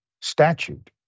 statute